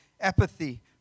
apathy